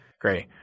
Great